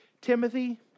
Timothy